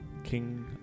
king